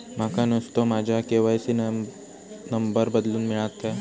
माका नुस्तो माझ्या के.वाय.सी त नंबर बदलून मिलात काय?